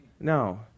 No